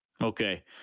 Okay